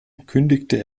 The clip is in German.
kündigte